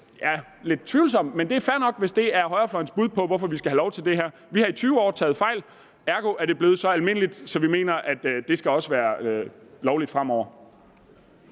det er lidt tvivlsomt, men det er fair nok, hvis det er højrefløjens bud på, hvorfor vi skal have lov til det her: Vi har i 20 år taget fejl, ergo er det blevet så almindeligt, så vi mener, at det også skal være lovligt fremover.